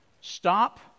Stop